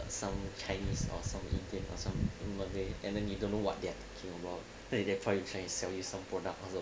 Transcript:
some chinese or some indian or some malay and then you don't know what they're talking about they are probably trying to sell you some product also